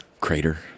Crater